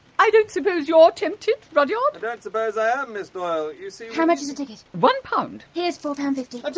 i don't suppose you're tempted, rudyard? i don't suppose i am, ms doyle. you see how much is a ticket? one pound. here's four pound fifty.